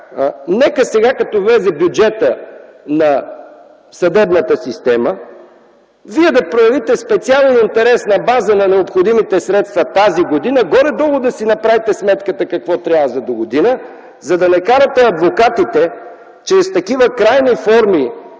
Нека сега като влезе бюджета на съдебната система, Вие да проявите специален интерес на база на необходимите средства тази година, горе-долу да си направите сметката какво трябва за догодина, за да не карате адвокатите чрез такива крайни